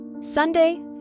Sunday